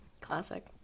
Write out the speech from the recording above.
Classic